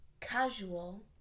Casual